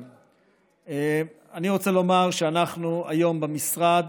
אני רוצה לומר שאנחנו היום במשרד,